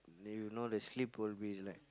if you know the sleep will be like